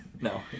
No